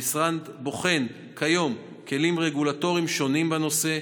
המשרד בוחן כיום כלים רגולטוריים שונים בנושא,